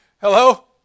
Hello